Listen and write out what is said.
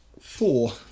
four